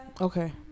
Okay